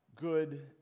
good